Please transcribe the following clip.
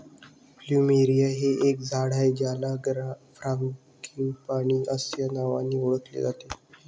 plumeria हे एक झाड आहे ज्याला फ्रँगीपानी अस्या नावानी ओळखले जाते